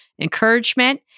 encouragement